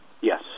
Yes